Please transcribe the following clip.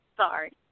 Sorry